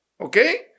okay